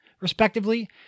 respectively